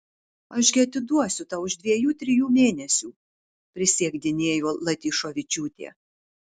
aš gi atiduosiu tau už dviejų trijų mėnesių prisiekdinėjo latyšovičiūtė